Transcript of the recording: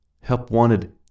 Help-wanted